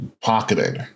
pocketing